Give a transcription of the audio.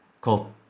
called